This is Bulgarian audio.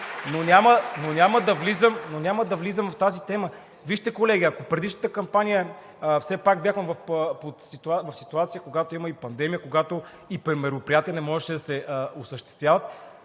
обаче да влизам в тази тема. Вижте, колеги, ако предишната кампания – все пак бяхме в ситуация, когато има и пандемия, когато и мероприятия не можеше да се осъществяват,